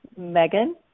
Megan